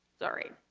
sorry.